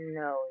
no